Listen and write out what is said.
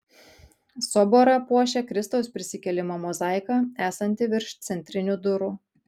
soborą puošia kristaus prisikėlimo mozaika esanti virš centrinių durų